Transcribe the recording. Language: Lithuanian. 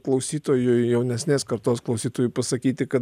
klausytojui jaunesnės kartos klausytojui pasakyti kad